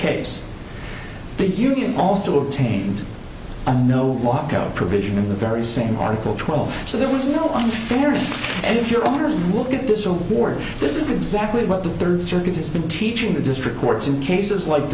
case the union also obtained a no walkout provision in the very same article twelve so there was no unfairness and if you're owners look at this award this is exactly what the third circuit has been teaching the district courts in cases like